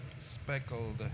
Speckled